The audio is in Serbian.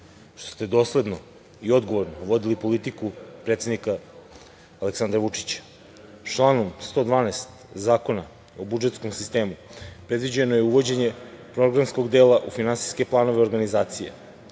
što ste dosledno i odgovorno vodili politiku predsednika Aleksandra Vučića. Članom 112. Zakona o budžetskom sistemu predviđeno je uvođenje programskog dela u finansijske planove organizacije